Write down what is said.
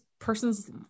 person's